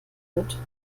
wird